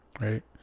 right